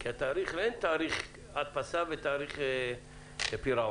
כי אין תאריך הדפסה ותאריך לפירעון.